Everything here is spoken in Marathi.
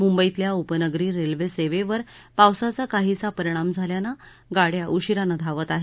मुंबईतल्या उपनगरी रेल्वे सेवेवर पावसाचा काहीसा परिणाम झाल्यानं गाड्या उशीरानं धावत आहेत